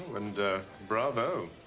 and, ah, bravo!